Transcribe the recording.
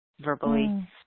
verbally